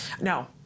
No